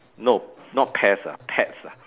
no not pests ah pets ah